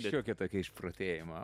šiokio tokio išprotėjimo